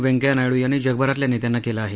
व्यंकय्या नायडू यांनी जगभरातल्या नेत्यांना केलं आहे